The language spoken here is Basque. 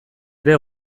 ere